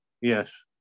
Yes